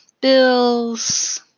bills